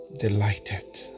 delighted